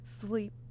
sleep